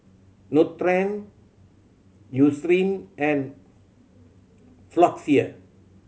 Nutren Eucerin and Floxia